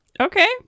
Okay